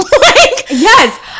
Yes